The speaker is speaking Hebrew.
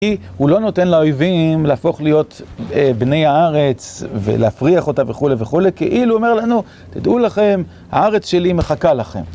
הוא לא נותן לאויבים להפוך להיות בני הארץ ולהפריח אותה וכו' וכו', כאילו הוא אומר לנו, תדעו לכם, הארץ שלי מחכה לכם.